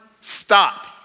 stop